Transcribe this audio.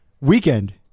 Weekend